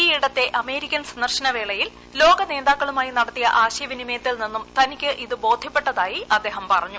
ഇൌയിട്ടത്തെ American സന്ദർശന വേളയിൽ ലോകനേതാക്കളുമായി നടത്തിയ ആശയവിനിമയത്തിൽ നിന്നും തനിക്ക് ഇത് ബോധ്യപ്പെട്ടതായി അദ്ദേഹം പറഞ്ഞു